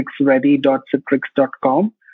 citrixready.citrix.com